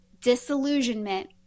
disillusionment